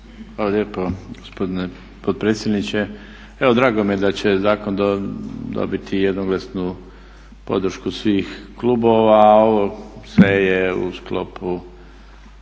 Hvala lijepo gospodine potpredsjedniče. Evo drago mi je da će zakon dobiti jednoglasnu podršku svih klubova, a ovo sve je u sklopu